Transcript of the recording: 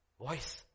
Voice